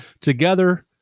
together